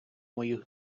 моїх